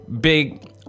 big